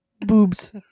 Boobs